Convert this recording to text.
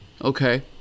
Okay